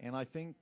and i think